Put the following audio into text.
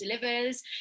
delivers